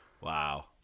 Wow